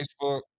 Facebook